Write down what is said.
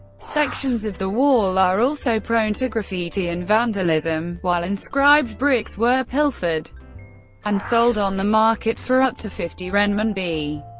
sections of the wall are also prone to graffiti and vandalism, while inscribed bricks were pilfered and sold on the market for up to fifty renminbi.